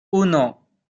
uno